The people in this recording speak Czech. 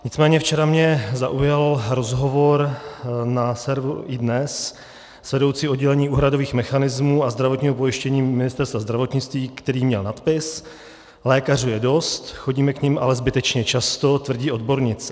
Nicméně včera mě zaujal rozhovor na serveru iDNES s vedoucí oddělení úhradových mechanismů a zdravotního pojištění Ministerstva zdravotnictví, který měl nadpis Lékařů je dost, chodíme k nim ale zbytečně často, tvrdí odbornice.